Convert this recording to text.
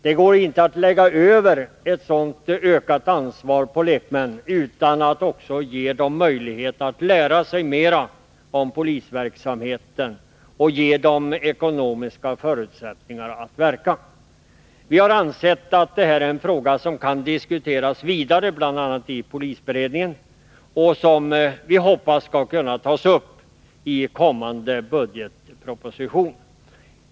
Det går inte att lägga över ett sådant ökat ansvar på lekmännen utan att också ge dem möjlighet att lära sig mer om polisverksamheten och ge dem ekonomiska förutsättningar att verka. Vi har ansett att detta är en fråga som kan diskuteras vidare bl.a. i polisberedningen och, som vi hoppas, tas upp i kommande budgetpropositioner.